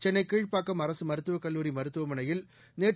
சென்னை கீழ்ப்பாக்கம் அரசு மருத்துவக் கல்லூரி மருத்துவமனையில் நேற்று